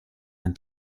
ein